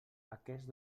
aquest